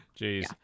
Jeez